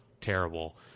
terrible